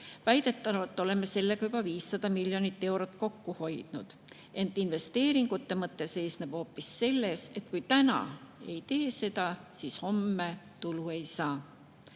Väidetavalt oleme sellega juba 500 miljonit eurot kokku hoidnud, ent investeeringute mõte seisneb hoopis selles, et kui täna neid ei tee, siis homme tulu ei saa.